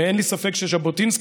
אין לי ספק שז'בוטינסקי,